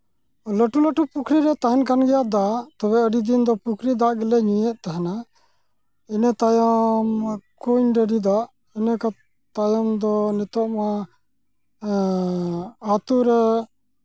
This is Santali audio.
ᱞᱟᱹᱴᱩ ᱞᱟᱹᱴᱩ ᱯᱩᱠᱷᱨᱤ ᱨᱮ ᱛᱟᱦᱮᱱ ᱠᱟᱱ ᱜᱮᱭᱟ ᱫᱟᱜ ᱛᱚᱵᱮ ᱟᱹᱰᱤ ᱫᱤᱱ ᱫᱚ ᱯᱩᱠᱷᱨᱤ ᱫᱟᱜ ᱜᱮᱞᱮ ᱧᱩᱭᱮᱫ ᱛᱟᱦᱮᱱᱟ ᱤᱱᱟᱹ ᱛᱟᱭᱚᱢ ᱠᱩᱧ ᱰᱟᱹᱰᱤ ᱫᱟᱜ ᱤᱱᱟᱹ ᱠᱟᱛᱮᱫ ᱛᱟᱭᱚᱢ ᱫᱚ ᱱᱤᱛᱚᱝ ᱢᱟ ᱟᱛᱳ ᱨᱮ